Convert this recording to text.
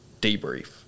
debrief